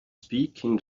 speaking